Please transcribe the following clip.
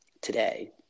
today